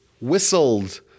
whistled